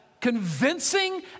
convincing